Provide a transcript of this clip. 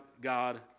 God